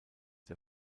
der